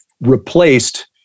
replaced